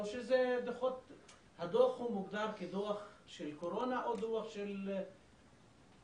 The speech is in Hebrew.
או שהדוח הוא מוגדר כדוח של קורונה או דוח של ?